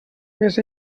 més